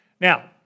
Now